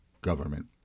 government